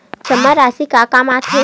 जमा राशि का काम आथे?